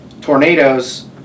tornadoes